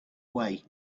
way